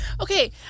Okay